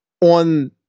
on